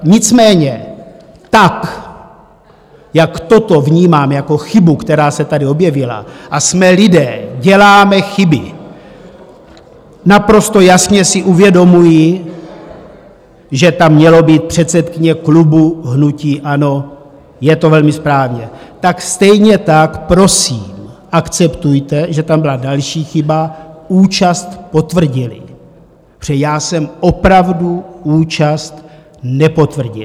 Nicméně tak jak toto vnímám jako chybu, která se tady objevila, a jsme lidé, děláme chyby, naprosto jasně si uvědomuji, že tam mělo být předsedkyně klubu hnutí ANO, je to velmi správně, tak stejně tak prosím, akceptujte, že tam byla další chyba účast potvrdili, protože já jsem opravdu účast nepotvrdil.